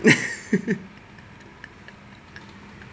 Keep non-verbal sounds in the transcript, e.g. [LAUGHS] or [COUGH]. [LAUGHS]